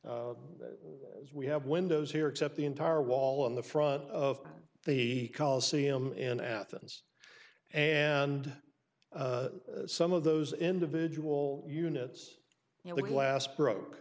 as we have windows here except the entire wall on the front of the coliseum in athens and some of those individual units you know the glass broke